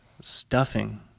stuffing